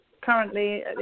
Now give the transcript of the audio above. currently